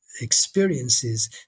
experiences